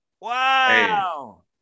Wow